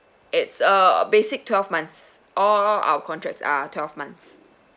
it's uh basic twelve months all our contracts are twelve months